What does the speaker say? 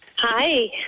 hi